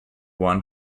one